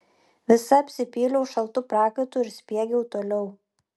visa apsipyliau šaltu prakaitu ir spiegiau toliau